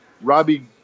Robbie